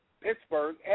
Pittsburgh